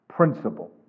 principle